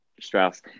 Strauss